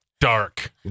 Dark